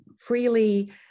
freely